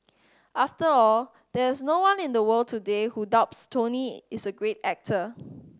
after all there is no one in the world today who doubts Tony is a great actor